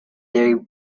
their